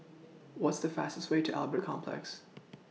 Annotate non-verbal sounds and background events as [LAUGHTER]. What's The fastest Way to Albert Complex [NOISE]